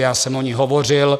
Já jsem o ní hovořil.